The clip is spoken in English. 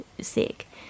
sick